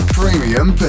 Premium